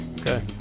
Okay